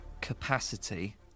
capacity